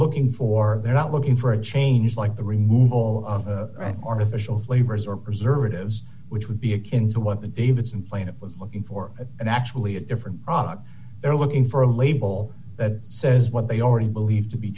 looking for they're not looking for a change like the removal of artificial flavors or preservatives which would be akin to what the davidson planet was looking for and actually a different product they're looking for a label that says what they already believe to be